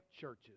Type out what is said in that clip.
churches